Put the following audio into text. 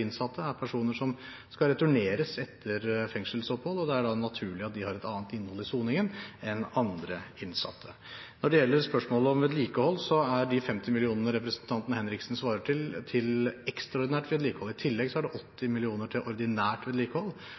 innsatte er personer som skal returneres etter fengselsopphold, og det er da naturlig at de har et annet innhold i soningen enn andre innsatte. Når det gjelder spørsmålet om vedlikehold, er de 50 mill. kr representanten Henriksen viser til, til ekstraordinært vedlikehold. I tillegg er det